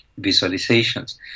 visualizations